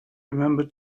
remember